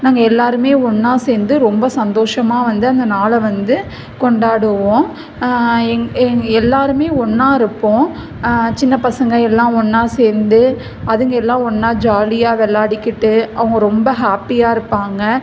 நாங்கள் எல்லாருமே ஒன்றா சேர்ந்து ரொம்ப சந்தோஷமாக வந்து அந்த நாளை வந்து கொண்டாடுவோம் எங் எ எல்லாருமே ஒன்றா இருப்போம் சின்னப் பசங்கள் எல்லாம் ஒன்றா சேர்ந்து அதுங்கள் எல்லாம் ஒன்றா ஜாலியாக விளாடிக்கிட்டு அவங்க ரொம்ப ஹாப்பியாக இருப்பாங்கள்